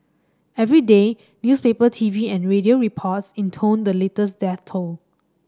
every day newspaper T V and radio reports intoned the latest death toll